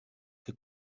que